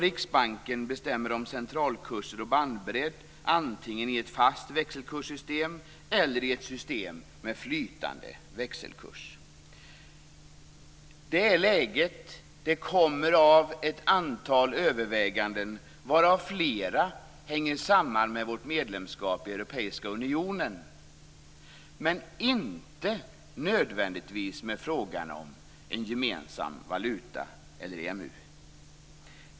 Riksbanken bestämmer om centralkurser och bandbredd, antingen i ett fast växelkurssystem eller i ett system med flytande växelkurs. Så är läget. Det kommer av ett antal överväganden varav flera hänger samman med vårt medlemskap i Europeiska unionen, men inte nödvändigtvis med frågan om en gemensam valuta eller om EMU.